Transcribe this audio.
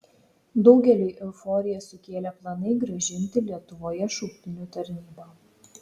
daugeliui euforiją sukėlė planai grąžinti lietuvoje šauktinių tarnybą